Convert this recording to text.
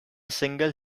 single